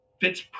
fits